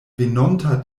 venonta